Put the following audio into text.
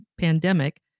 pandemic